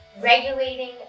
regulating